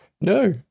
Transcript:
No